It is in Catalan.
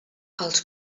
els